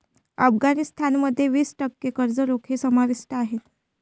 अफगाणिस्तान मध्ये वीस टक्के कर्ज रोखे समाविष्ट आहेत